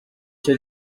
cyo